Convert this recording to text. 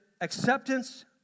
acceptance